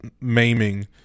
maiming